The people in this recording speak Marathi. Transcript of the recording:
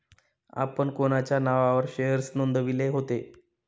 आपण कोणाच्या नावावर शेअर्स नोंदविले होते?